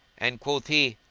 and quoth he,